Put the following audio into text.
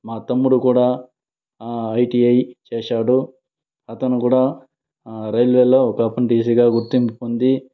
మా తమ్ముడు కూడ ఐటీఐ చేశాడు అతను కూడ రైల్వేలో టిసిగా గుర్తింపు పొంది